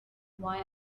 why